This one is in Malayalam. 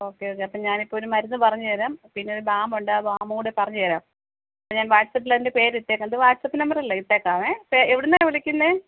ഓക്കെ ഓക്കെ അപ്പം ഞാൻ ഇപ്പോൾ ഒരു മരുന്ന് പറഞ്ഞുതരാം പിന്നെ ഒരു ബാം ഉണ്ട് ആ ബാം കൂടെ പറഞ്ഞുതരാം ഞാൻ വാട്ട്സാപില് അതിൻ്റെ പേരിട്ടേക്കാം ഇത് വാട്ട്സപ് നമ്പർ അല്ലേ ഇട്ടേക്കാവേ എവിടുന്നാ വിളിക്കുന്നത്